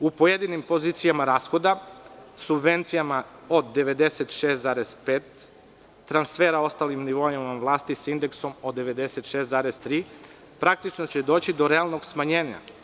U pojedinim pozicijama rashoda, subvencijama od 96,5, transfera u ostalim nivoima vlasti sa indeksom od 96,3, praktično će doći do realnog smanjenja.